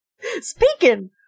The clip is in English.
Speaking